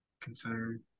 concern